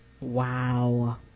wow